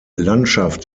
landschaft